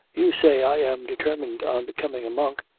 you say i am determined on becoming a monk,